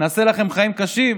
נעשה לכם חיים קשים,